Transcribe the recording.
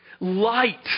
Light